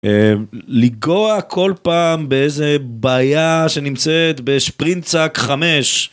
אה... ליגוע כל פעם באיזה בעיה שנמצאת בשפרינצק 5.